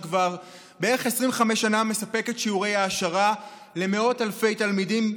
שכבר בערך 25 שנה מספקת שיעורי העשרה למאות אלפי תלמידים,